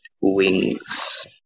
wings